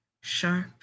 sharp